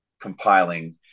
compiling